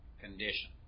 condition